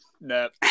nope